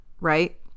right